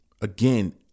again